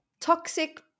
toxic